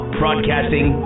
broadcasting